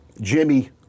Jimmy